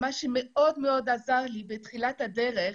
מה שמאוד מאוד עזר לי בתחילת הדרך